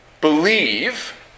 believe